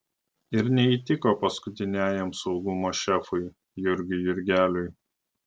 ir neįtiko paskutiniajam saugumo šefui jurgiui jurgeliui